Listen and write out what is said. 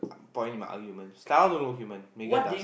point in my argument Stella don't look human Megan does